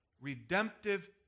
redemptive